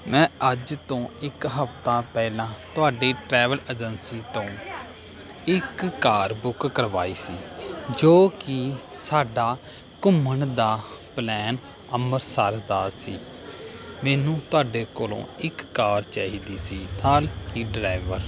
ਮੈਂ ਅੱਜ ਤੋਂ ਇੱਕ ਹਫ਼ਤਾ ਪਹਿਲਾਂ ਤੁਹਾਡੀ ਟਰੈਵਲ ਏਜੰਸੀ ਤੋਂ ਇੱਕ ਕਾਰ ਬੁਕ ਕਰਵਾਈ ਸੀ ਜੋ ਕਿ ਸਾਡਾ ਘੁੰਮਣ ਦਾ ਪਲੈਨ ਅੰਮ੍ਰਿਤਸਰ ਦਾ ਸੀ ਮੈਨੂੰ ਤੁਹਾਡੇ ਕੋਲੋਂ ਇੱਕ ਕਾਰ ਚਾਹੀਦੀ ਸੀ ਨਾਲ ਹੀ ਡਰਾਈਵਰ